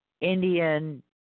Indian